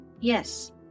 Yes